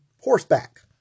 horseback